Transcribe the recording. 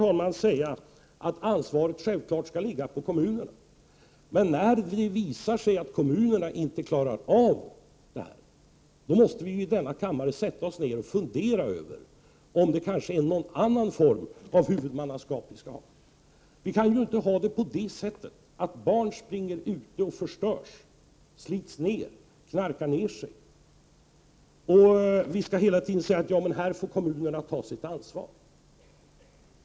Ansvaret skall självfallet ligga på kommunerna, men när det visar sig att kommunerna inte klarar detta, måste vi i denna kammare sätta oss ned och fundera om det skall vara någon annan form av huvudmannaskap. Barn kan inte få springa ute och förstöras, slitas ned och knarka ner sig, samtidigt som vi hela tiden säger att kommunerna får ta sitt ansvar.